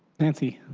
nancy?